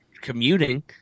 commuting